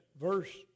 verse